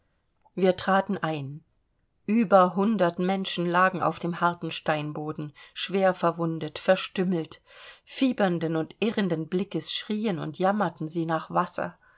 wir traten ein über hundert menschen lagen auf dem harten steinboden schwerverwundet verstümmelt fiebernden und irrenden blickes schrien und jammerten sie nach wasser